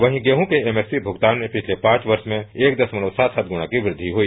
वहीं गेंहू के एमएसपी भुगतान में पिछले पांच वर्ष में एक दशमलव सात सात गुना की वृक्षि हुई